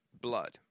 blood